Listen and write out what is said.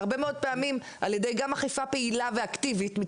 הרבה פעמים על-ידי אכיפה פעילה ואקטיבית,